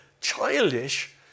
childish